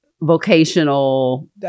vocational